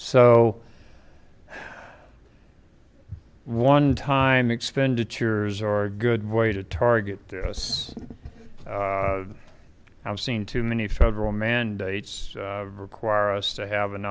so one time expenditures are a good way to target the us i've seen too many federal mandates require us to have an